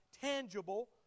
tangible